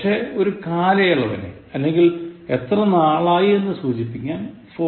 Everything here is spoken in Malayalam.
പക്ഷേ ഒരു കാലയളവിനെ അല്ലെങ്ങിൽ എത്ര നാളായി എന്നു സൂചിപ്പിക്കാൻ for ഉപയോഗിക്കും